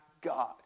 God